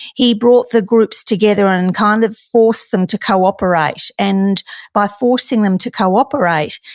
he brought the groups together and kind of forced them to cooperate. and by forcing them to cooperate,